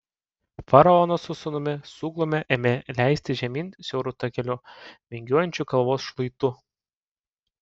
faraonas su sūnumi suglumę ėmė leistis žemyn siauru takeliu vingiuojančiu kalvos šlaitu